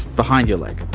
behind your leg.